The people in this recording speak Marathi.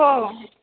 हो